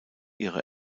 ihre